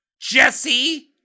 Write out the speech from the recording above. Jesse